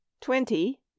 twenty